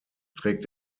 trägt